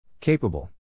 Capable